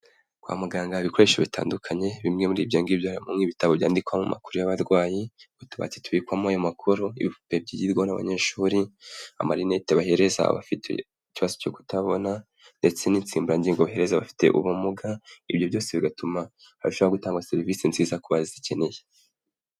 Kwa muganga ibikoresho bitandukanye bimwe muri ibyo ngibyo harimo: Nk'ibitabo byandikwamo amakuru y'abarwayi, utubati tubikwamo ayo makuru, ibipupe byigirwaho n'abanyeshuri, amarinete bahereza abafite ikibazo cyo kutabona ndetse n'insimburangingo bahereza abafite ubumuga. Ibyo byose bigatuma barushaho gutanga serivisi nziza ku bazikeneye.